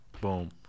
Boom